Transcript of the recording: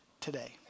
today